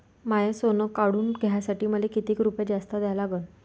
माय सोनं काढून घ्यासाठी मले कितीक रुपये जास्त द्या लागन?